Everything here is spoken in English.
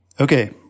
Okay